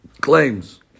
claims